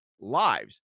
lives